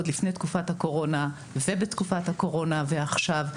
עוד לפני תקופת הקורונה ובתקופת הקורונה ועכשיו,